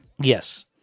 Yes